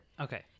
Okay